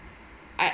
I